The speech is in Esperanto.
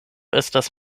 estas